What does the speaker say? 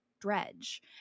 dredge